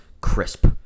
crisp